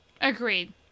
Agreed